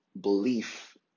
belief